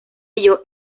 ello